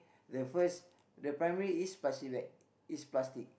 the first the primary is plastic bag is plastic